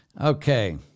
okay